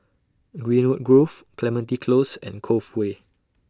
Greenwood Grove Clementi Close and Cove Way